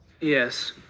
Yes